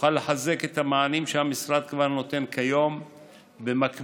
תוכל לחזק את המענים שהמשרד נותן כבר כיום במקביל